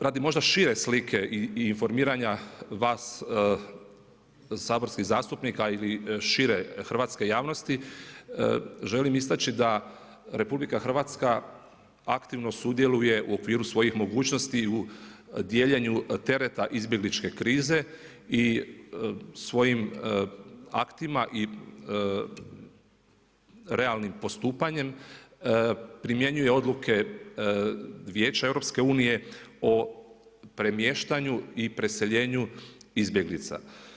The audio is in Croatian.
Radi možda šire slike i informiranja vas saborskih zastupnika ili šire hrvatske javnosti, želim isteče da RH, aktivno sudjeluje u okviru svojih mogućnosti i u dijeljenju tereta izbjegličke krize i svojim aktima i realnim postupanje, primjenjuje odluke Vijeće EU, o premještanju i preseljenju izbjeglica.